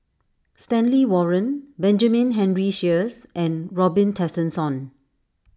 Stanley Warren Benjamin Henry Sheares and Robin Tessensohn